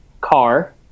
car